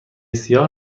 سیاه